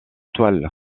toile